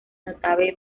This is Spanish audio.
notable